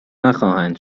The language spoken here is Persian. نخواهند